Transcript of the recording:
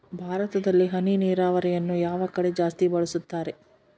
ಭಾರತದಲ್ಲಿ ಹನಿ ನೇರಾವರಿಯನ್ನು ಯಾವ ಕಡೆ ಜಾಸ್ತಿ ಬಳಸುತ್ತಾರೆ?